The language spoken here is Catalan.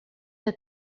que